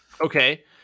Okay